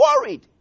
worried